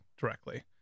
directly